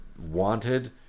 wanted